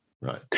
right